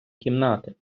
кімнати